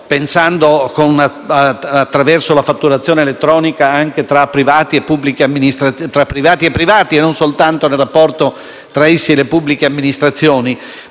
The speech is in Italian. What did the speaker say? pensando, attraverso la fatturazione elettronica, anche tra privati e privati, e non soltanto nel rapporto tra essi e le pubbliche amministrazioni.